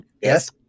Yes